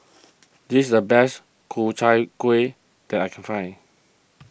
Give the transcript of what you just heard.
this is the best Ku Chai Kueh that I can find